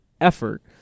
effort